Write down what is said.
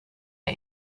der